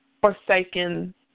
forsaken